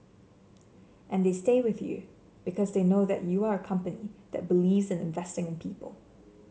and they stay with you because they know that you are a company that believes in investing in people